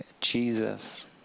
Jesus